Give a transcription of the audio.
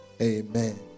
Amen